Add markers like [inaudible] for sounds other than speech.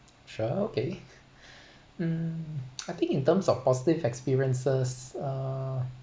sure okay [laughs] um [noise] I think in terms of positive experiences uh